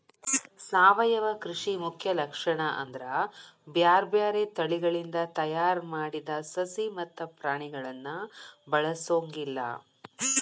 ಸಾವಯವ ಕೃಷಿ ಮುಖ್ಯ ಲಕ್ಷಣ ಅಂದ್ರ ಬ್ಯಾರ್ಬ್ಯಾರೇ ತಳಿಗಳಿಂದ ತಯಾರ್ ಮಾಡಿದ ಸಸಿ ಮತ್ತ ಪ್ರಾಣಿಗಳನ್ನ ಬಳಸೊಂಗಿಲ್ಲ